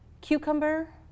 cucumber